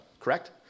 Correct